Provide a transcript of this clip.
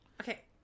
Okay